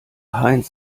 heinz